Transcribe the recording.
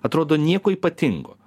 atrodo nieko ypatingo